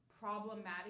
problematic